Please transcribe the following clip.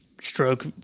stroke